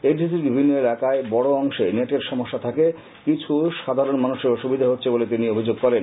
এডিসির বিভিন্ন এলাকায় বড় অংশে নেটের সমস্যা থাকে কিছু সাধারন মানুষের অসুবিধা হচ্ছে বলে তিনি অভিযোগ করেন